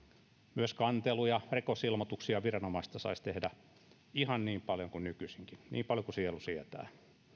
myös kanteluja ja rikosilmoituksia viranomaisista saisi tehdä ihan niin paljon kuin nykyisinkin niin paljon kuin sielu sietää